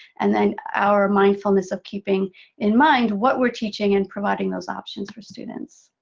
and then our mindfulness of keeping in mind what we're teaching, and providing those options for students.